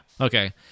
Okay